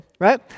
right